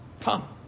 Come